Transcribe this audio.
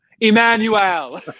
Emmanuel